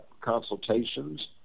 consultations